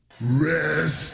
Rest